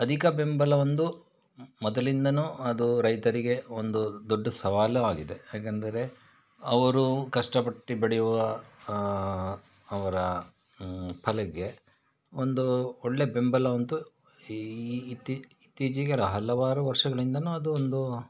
ಅಧಿಕ ಬೆಂಬಲ ಒಂದು ಮೊದಲಿಂದಲೂ ಅದು ರೈತರಿಗೆ ಒಂದು ದೊಡ್ಡ ಸವಾಲು ಆಗಿದೆ ಹೇಗಂದರೆ ಅವರು ಕಷ್ಟ ಪಟ್ಟು ಬೆಳೆಯುವ ಅವರ ಫಲಗೆ ಒಂದು ಒಳ್ಳೆ ಬೆಂಬಲವಂತೂ ಈ ಇತ್ತಿ ಇತ್ತೀಚೆಗೆ ರ್ ಹಲವಾರು ವರ್ಷಗಳಿಂದಲೂ ಅದು ಒಂದು